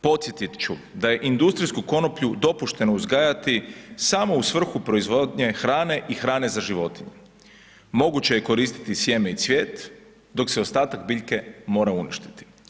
Posjetit ću da je industrijsku konoplju dopušteno uzgajati samo u svrhu proizvodnje hrane i hrane za životinje, moguće je koristiti sjeme i cvijet, dok se ostatak biljke mora uništiti.